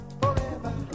forever